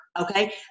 Okay